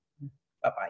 Bye-bye